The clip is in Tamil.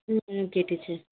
ம் ஓகே டீச்சர்